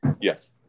Yes